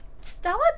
Stella